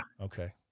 Okay